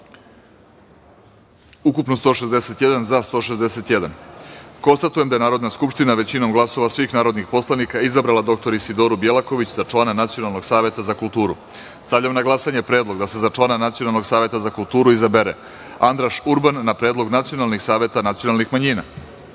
ukupno – 161, za – 161.Konstatujem da je Narodna skupština većinom glasova svih narodnih poslanika izabrala dr Isidoru Bjelaković za člana Nacionalnog saveta za kulturu. Stavljam na glasanje predlog da se za člana Nacionalnog saveta za kulturu izabere Andraš Urban, na predlog nacionalnih saveta nacionalnih